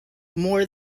more